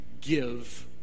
give